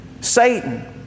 Satan